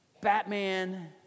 Batman